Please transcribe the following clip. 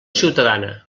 ciutadana